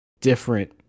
different